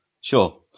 Sure